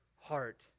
heart